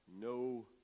no